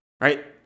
Right